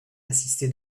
assisté